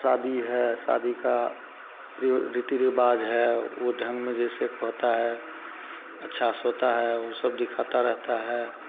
शादी है शादी का रीति रिवाज है वो ढंग में जैसे कि होता है ऊ सब दिखाता रहता है